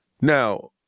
Now